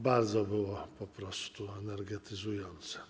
Bardzo było to po prostu energetyzujące.